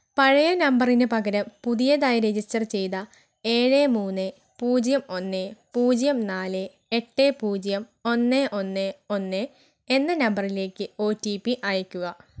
പഴയ നമ്പറിന് പകരം പുതിയതായി രജിസ്റ്റർ ചെയ്ത ഏഴ് മൂന്ന് പൂജ്യം ഒന്ന് പൂജ്യം നാല് എട്ട് പൂജ്യം ഒന്ന് ഒന്ന് ഒന്ന് എന്ന നമ്പറിലേക്ക് ഒ ടി പി അയയ്ക്കുക